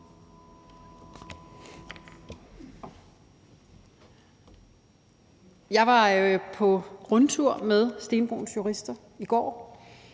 Jeg var på rundtur med Stenbroens Jurister i går.